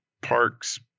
Parks